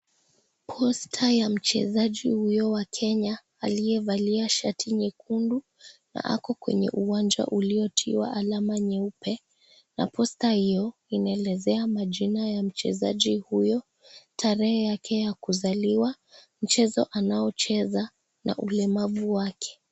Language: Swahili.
poster ya mchezaji huyo wa Kenya aliyevalia shati nyekundu na ako kwenye uwanja uliotiwa alama nyeupe na poster hiyo inaelezea majina ya mchezaji huyo, tarehe yake ya kuzaliwa, mchezo anaocheza na ulemavu wake.